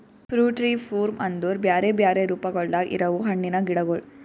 fruit tree form ಅಂದುರ್ ಬ್ಯಾರೆ ಬ್ಯಾರೆ ರೂಪಗೊಳ್ದಾಗ್ ಇರವು ಹಣ್ಣಿನ ಗಿಡಗೊಳ್